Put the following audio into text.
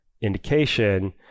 indication